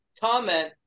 comment